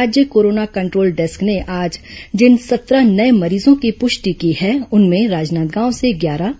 राज्य corona control desk ने आज जिन सत्रह नए मरीजों की पुष्टि की है उनमें राजनांदगांव से ग्यारह